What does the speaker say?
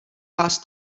vás